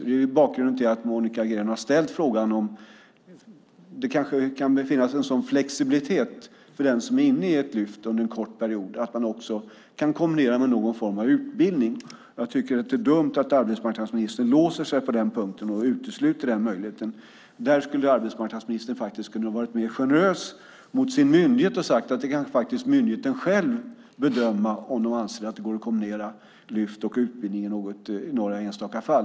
Det är bakgrunden till att Monica Green har ställt frågan om det kanske kan gå att kombinera Lyft med någon form av utbildning för den som är inne i det en kort period. Jag tycker att det är dumt att arbetsmarknadsministern låser sig på den punkten och utesluter den möjligheten. Där skulle han ha kunnat vara mer generös och sagt att myndigheten själv kan bedöma om det går att kombinera Lyft och utbildning i enstaka fall.